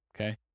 Okay